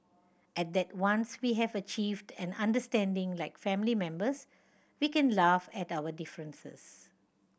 and that once we have achieved an understanding like family members we can laugh at our differences